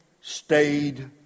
stayed